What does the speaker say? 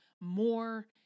more